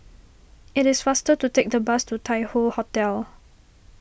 it is faster to take the bus to Tai Hoe Hotel